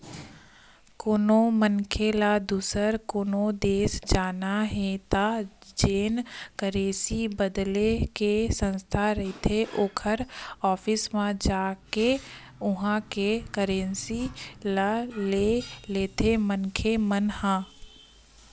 कोनो मनखे ल दुसर कोनो देस जाना हे त जेन करेंसी बदले के संस्था रहिथे ओखर ऑफिस म जाके उहाँ के करेंसी ल ले लेथे मनखे मन ह